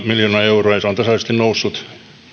miljoonaa euroa ja se on tasaisesti noussut